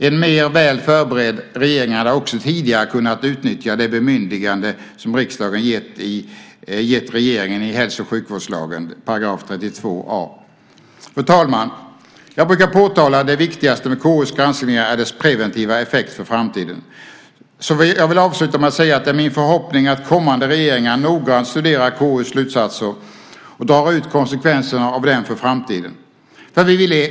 En mer väl förberedd regering hade också tidigare kunnat utnyttja det bemyndigande som riksdagen gett regeringen i hälso och sjukvårdslagen § 32 a. Fru talman! Jag brukar påtala att det viktigaste med KU:s granskningar är deras preventiva effekt för framtiden. Jag vill avsluta med att säga att det är min förhoppning att kommande regeringar noggrant studerar KU:s slutsatser och tar konsekvenserna av dem för framtiden.